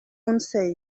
unsay